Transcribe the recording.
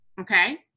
okay